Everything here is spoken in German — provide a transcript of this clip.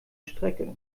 strecke